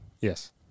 Yes